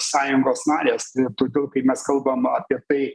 sąjungos narės ir todėl kai mes kalbam apie tai